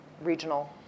regional